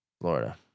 Florida